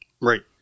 Right